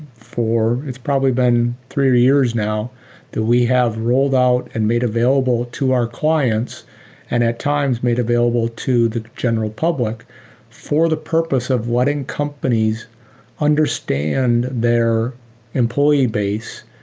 for it's probably been three years now that we have rolled out and made available to our clients and at times made available to the general public for the purpose of letting companies understand their employee base,